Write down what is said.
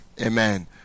Amen